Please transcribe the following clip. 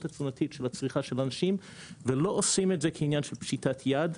התזונתית של הצריכה של האנשים ולא עושים את זה כעניין של "פשיטת יד",